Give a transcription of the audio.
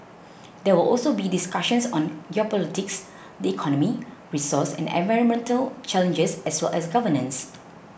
there will also be discussions on geopolitics the economy resource and environmental challenges as well as governance